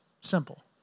Simple